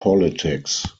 politics